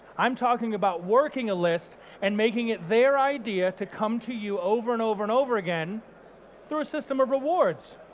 i'm talking about working a list and making it their idea to come to you over and over and over again through a system of rewards.